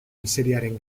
miseriaren